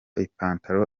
ipantalo